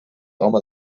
home